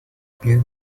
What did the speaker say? piel